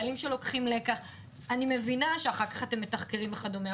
אני מבינה שאחר כך אתם מתחקרים וכדומה,